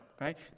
right